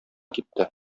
китте